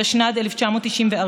התשנ"ד 1994,